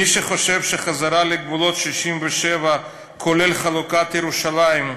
מי שחושב שחזרה לגבולות 67', כולל חלוקת ירושלים,